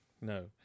no